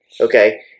Okay